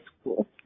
school